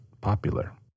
popular